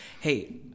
Hey